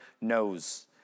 knows